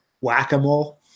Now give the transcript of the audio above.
whack-a-mole